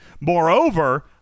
Moreover